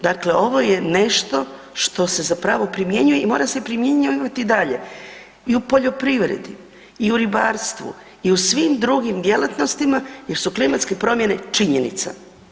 Dakle ovo je nešto što se zapravo primjenjuje i mora se primjenjivati i dalje i u poljoprivredi i u ribarstvu i u svim drugim djelatnostima jer su klimatske promjene činjenica.